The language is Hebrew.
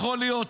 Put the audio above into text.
יכול להיות,